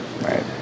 Right